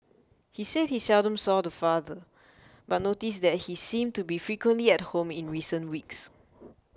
he said he seldom saw the father but noticed that he seemed to be frequently at home in recent weeks